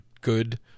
good